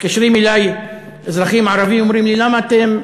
מתקשרים אלי אזרחים ערבים, אומרים לי: למה אתם,